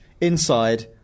Inside